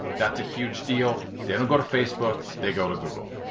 that's a huge deal. they don't go to facebook, they go to google.